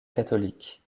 catholique